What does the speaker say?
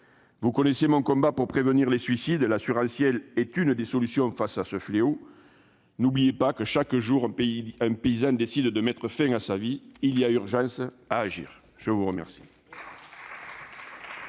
Vous connaissez mon combat pour prévenir les suicides. La réponse assurantielle est une des solutions face à ce fléau. N'oublions pas que, chaque jour, un paysan décide de mettre fin à sa vie. Il y a urgence à agir ! La parole